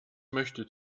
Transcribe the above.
möchte